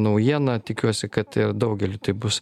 naujiena tikiuosi kad ir daugeliu tai bus